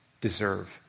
deserve